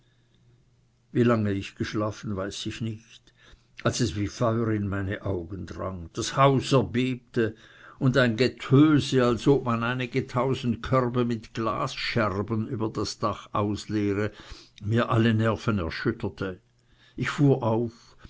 wie lange ich geschlafen weiß ich nicht als es wie feuer in meine augen drang das haus erbebte und ein getöse als ob man einige tausend körbe mit glasscherben über das dach ausleere mir alle nerven erschütterte ich fuhr auf